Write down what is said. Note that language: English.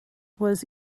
was